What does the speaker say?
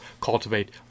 cultivate